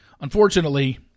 unfortunately